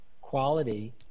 quality